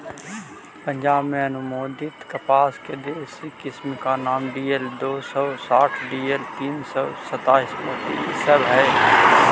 पंजाब में अनुमोदित कपास के देशी किस्म का नाम डी.एल दो सौ साठ डी.एल तीन सौ सत्ताईस, मोती इ सब हई